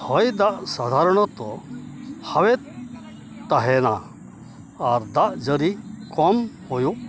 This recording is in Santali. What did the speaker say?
ᱦᱚᱭ ᱫᱟᱜ ᱥᱟᱫᱷᱟᱨᱚᱱᱚᱛᱚ ᱦᱟᱣᱮᱫ ᱛᱟᱦᱮᱱᱟ ᱟᱨ ᱫᱟᱜ ᱡᱟᱹᱲᱤ ᱠᱚᱢ ᱦᱩᱭᱩᱜᱼᱟ